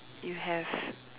you have